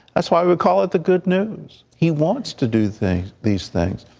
that's why we call it the good news. he wants to do things these things.